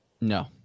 No